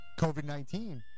COVID-19